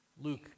Luke